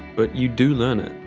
but you do learn it,